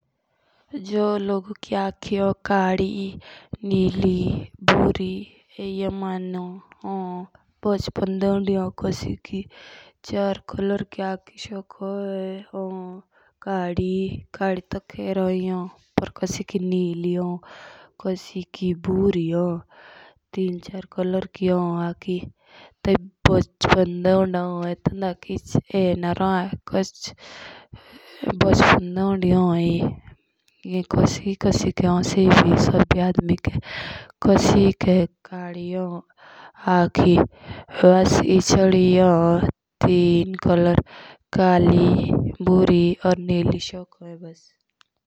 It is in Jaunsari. जो लोग की आँखो हों काली नीली भूरी हों। ये हौं मनौ होन कि ये होन बचपन दे। ये कैलर की आखी होन कोसी की काली होन कोसी की निली होन भूरी ये होई सोकोन।